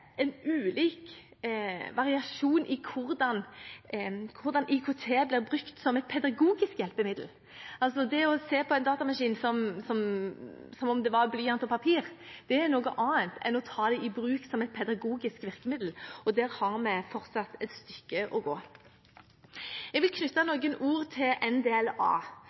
variasjon i hvordan IKT blir brukt som et pedagogisk hjelpemiddel. Å se på en datamaskin som om det var blyant og papir, er noe annet enn å ta det i bruk som et pedagogisk virkemiddel, og der har vi fortsatt et stykke å gå. Jeg vil knytte noen ord til